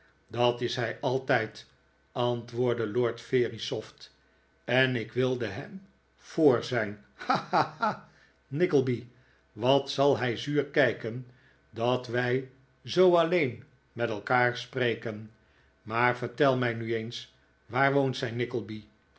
dat is hij altijd antwoordde lord verisopht i en ik wilde hem voor zijn ha ha nickleby wat zal hij zuur kijken dat wij zoo alleen met elkaar spreken maar vertel mij nu eens waar woont zij